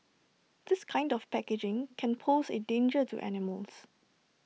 this kind of packaging can pose A danger to animals